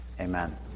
amen